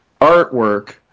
artwork